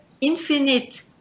infinite